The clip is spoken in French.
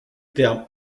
terme